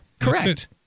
Correct